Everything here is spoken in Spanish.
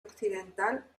occidental